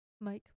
Mike